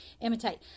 imitate